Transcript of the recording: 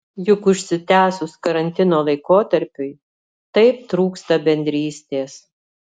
juk užsitęsus karantino laikotarpiui taip trūksta bendrystės